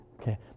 okay